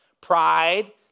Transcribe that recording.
pride